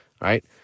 right